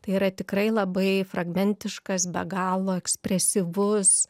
tai yra tikrai labai fragmentiškas be galo ekspresyvus